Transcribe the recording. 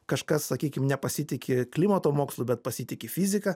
kažkas sakykim nepasitiki klimato mokslu bet pasitiki fizika